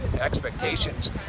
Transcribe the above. expectations